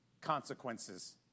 consequences